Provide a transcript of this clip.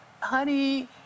honey